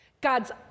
God's